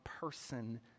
person